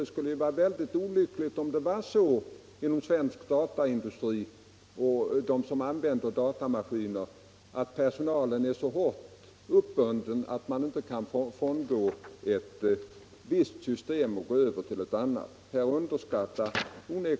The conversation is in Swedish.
Det skulle vara väldigt olyckligt om det var så inom svensk dataindustri och bland dem som använder dessa maskiner att personalen är så hårt uppbunden att man inte kan frångå ett visst system och gå över till ett annat. Här underskattar onek